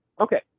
okay